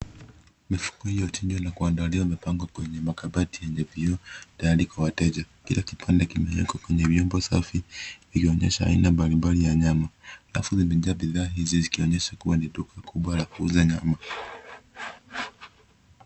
Mifupa iliyoachinjwa na kuandaliwa imepangwa kwenye makabati yenye vioo tayari kwa wateja. Kila kipande kimewekwa kwenye vyombo safi vikionyesha aina mbalimbali ya nyama. Alafu zimejaa bidhaa hizi zikionyesha kuwa ni duka kubwa la kuuza nyama.